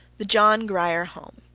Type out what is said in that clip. the john grier home,